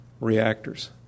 reactors